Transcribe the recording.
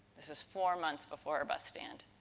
this is four months before her bus stand.